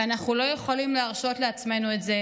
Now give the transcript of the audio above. ואנחנו לא יכולים להרשות לעצמנו את זה,